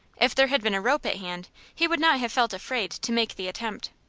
if there had been a rope at hand he would not have felt afraid to make the attempt.